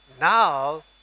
now